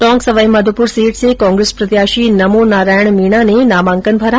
Tonk Sawai Madhopur seat से कांग्रेस प्रत्याषी नमोनारायण मीणा ने नामांकन भरा